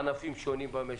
לענפים שונים במשק.